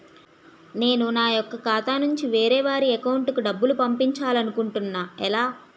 నేను నా యెక్క ఖాతా నుంచి వేరే వారి అకౌంట్ కు డబ్బులు పంపించాలనుకుంటున్నా ఎలా?